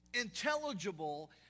intelligible